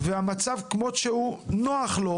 והמצב כמו שהוא נוח לו